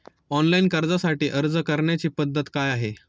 Online कर्जासाठी अर्ज करण्याची पद्धत काय आहे?